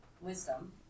wisdom